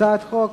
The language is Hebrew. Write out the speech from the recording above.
הצעת חוק